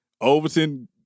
Overton